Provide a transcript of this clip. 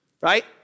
Right